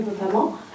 notamment